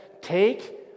take